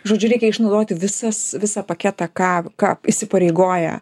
žodžiu reikia išnaudoti visas visą paketą ką ką įsipareigoja